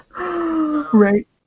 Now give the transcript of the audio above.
Right